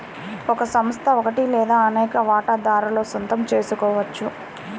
ఒక సంస్థ ఒకటి లేదా అనేక వాటాదారుల సొంతం చేసుకోవచ్చు